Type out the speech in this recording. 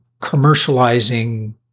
commercializing